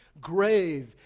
grave